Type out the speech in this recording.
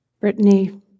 Brittany